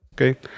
Okay